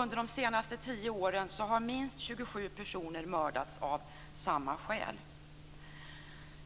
Under de senaste tio åren har minst 27 personer mördats av samma skäl.